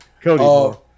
Cody